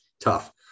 tough